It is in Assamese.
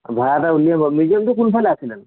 ভাড়া এটা উলিয়াম বাৰু এই মিউজিয়ামটো কোনফালে আছিলেনো